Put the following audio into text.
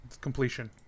completion